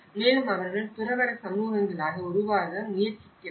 மேலும் அவர்கள் துறவற சமூகங்களாக உருவாக்க முயற்சிக்கிறார்கள்